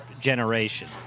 generation